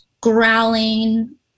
growling